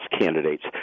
candidates